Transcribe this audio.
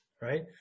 right